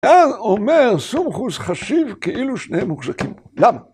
ואז אומר סומכוס חשיב כאילו שניהם מוחזקים, למה?